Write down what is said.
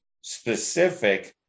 specific